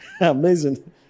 Amazing